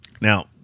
Now